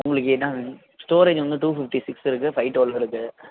உங்களுக்கு என்ன வேணும் ஸ்டோரேஜ் வந்து டூ ஃபிஃப்ட்டி சிக்ஸ் இருக்கு ஃபைவ் டுவெல்ஸ் இருக்கு